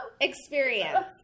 experience